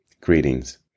greetings